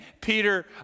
Peter